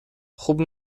خوب